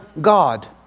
God